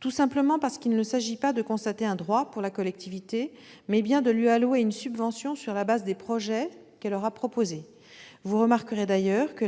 tout simplement parce qu'il ne s'agit pas de constater un « droit » pour la collectivité, mais bien de lui allouer une subvention sur la base des projets qu'elle aura proposés. Vous remarquerez d'ailleurs que